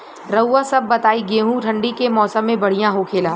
रउआ सभ बताई गेहूँ ठंडी के मौसम में बढ़ियां होखेला?